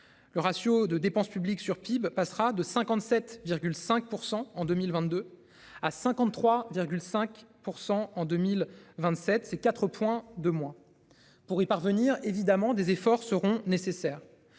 Le ratio de dépenses publiques sur PIB passera de 57,5% en 2022 à 53,5% en 2027, c'est 4 points de moins pour y parvenir, évidemment, des efforts seront nécessaires.